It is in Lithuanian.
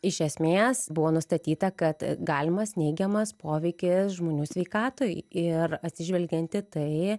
iš esmės buvo nustatyta kad galimas neigiamas poveikis žmonių sveikatai ir atsižvelgiant į tai